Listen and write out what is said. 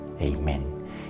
Amen